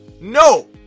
No